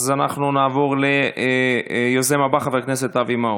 אז נעבור ליוזם הבא, חבר הכנסת אבי מעוז.